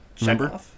remember